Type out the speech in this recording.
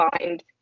find